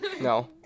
No